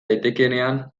daitekeenean